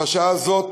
בשעה הזאת